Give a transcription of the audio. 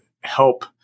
help